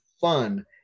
fun